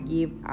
Give